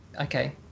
okay